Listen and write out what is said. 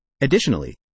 Additionally